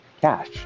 cash